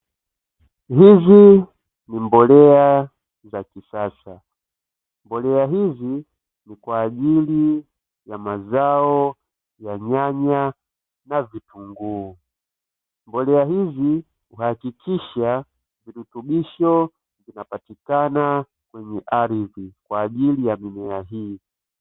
Hizi ni mbolea za kisasa, mbolea hizi ni kwa ajili ya mazao ya nyanya na vitunguu, mbolea hizi kuhakikisha virutubisho vinapatikana kwenye ardhi kwa ajili ya dunia hii.